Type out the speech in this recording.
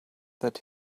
that